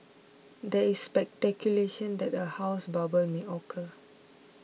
there is speculation that a housing bubble may occur